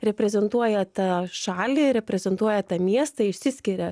reprezentuoja tą šalį reprezentuoja tą miestą išsiskiria